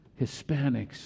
Hispanics